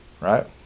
right